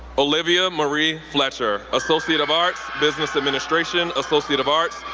olivia marie fletcher, associate of arts, business administration, associate of arts,